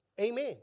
Amen